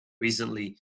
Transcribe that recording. recently